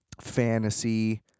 fantasy